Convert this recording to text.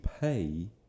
pay